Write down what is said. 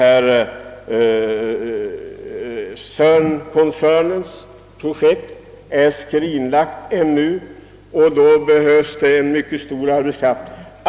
För denna industri kommer det att krävas ett mycket stort arbetskraftstillskott.